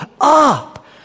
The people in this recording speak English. up